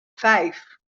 vijf